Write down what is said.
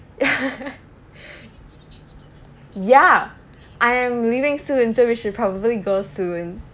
ya I am leaving soon so we should probably go soon